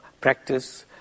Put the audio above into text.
practice